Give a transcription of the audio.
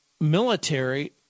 military